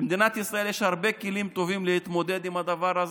במדינת ישראל יש הרבה כלים טובים להתמודד עם הדבר הזה.